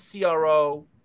CRO